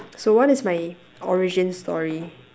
so what is my origin story